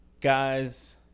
guys